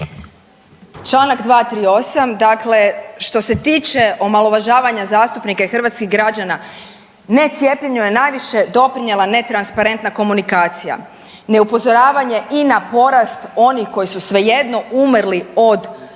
Čl. 238, dakle što se tiče omalovažavanja zastupnika i hrvatskih građana, necijepljenju je najviše doprinijela netransparentna komunikacija. Neupozoravanje i na porast onih koji su svejedno umrli od Covida,